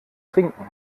trinken